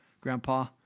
grandpa